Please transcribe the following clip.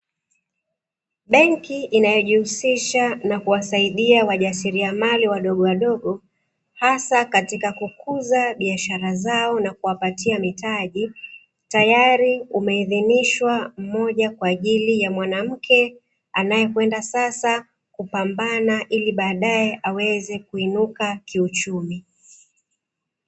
Benki inayojihusisha na kuwasaidia wajasiriamali wadogowadogo, hasa katika kukuza biashara zao na kuwapatia mitaji. Tayari umeidhinishwa mmoja kwa ajili ya mwanamke anaeyekwenda sasa kupambana ili baadaye aweze kuinuka kiuchumi.